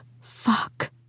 fuck